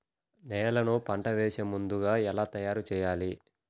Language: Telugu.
నేలను పంట వేసే ముందుగా ఎలా తయారుచేయాలి?